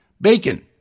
Bacon